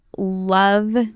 love